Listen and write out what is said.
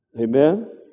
Amen